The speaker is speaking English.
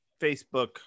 Facebook